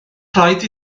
rhaid